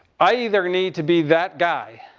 i either need to be that guy,